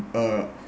uh